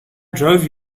drove